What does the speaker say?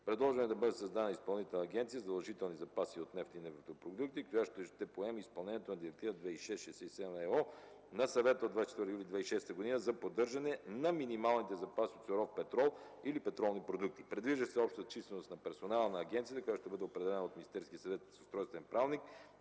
Предложено е да бъде създадена Изпълнителна агенция „Задължителни запаси от нефт и нефтопродукти”, която ще поеме изпълнението на Директива 2006/67 ЕО на Съвета от 24 юли 2006 г. за поддържане на минималните запаси от суров петрол или петролни продукти. Предвижда се общата численост на персонала на агенцията, която ще бъде определена от Министерския съвет със съответен правилник,